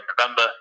November